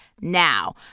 now